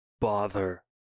bother